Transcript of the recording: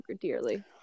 dearly